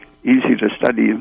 easy-to-study